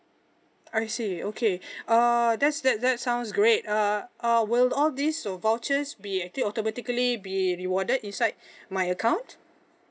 I see okay uh that's that that sounds great uh uh will all these or vouchers be actually automatically be rewarded inside my account